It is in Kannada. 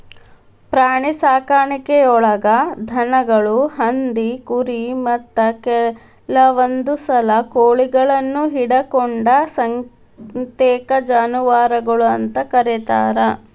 ಪ್ರಾಣಿಸಾಕಾಣಿಕೆಯೊಳಗ ದನಗಳು, ಹಂದಿ, ಕುರಿ, ಮತ್ತ ಕೆಲವಂದುಸಲ ಕೋಳಿಗಳನ್ನು ಹಿಡಕೊಂಡ ಸತೇಕ ಜಾನುವಾರಗಳು ಅಂತ ಕರೇತಾರ